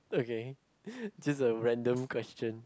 okay just a random question